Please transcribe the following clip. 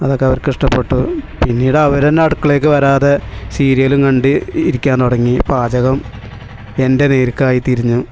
അതൊക്കെ അവർക്ക് ഇഷ്ടപ്പെട്ടു പിന്നീട് അവർ തന്നെ അടുക്കളയിലേക്ക് വരാതായി സീരിയലും കണ്ട് ഇരിക്കാൻ തുടങ്ങി പാചകം എൻ്റെ നേർക്ക് ആയി തിരിഞ്ഞു